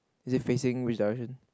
is it facing which direction